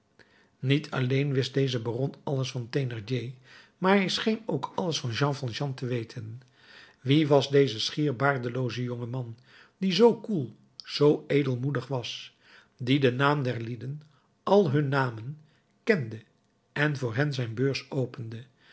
niet alleen wist deze baron alles van thénardier maar hij scheen ook alles van jean valjean te weten wie was deze schier baardelooze jonge man die zoo koel zoo edelmoedig was die den naam der lieden al hun namen kende en voor hen zijn beurs opende